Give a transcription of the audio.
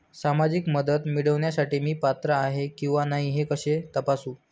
सामाजिक मदत मिळविण्यासाठी मी पात्र आहे किंवा नाही हे कसे तपासू?